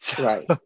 right